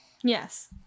yes